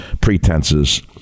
pretenses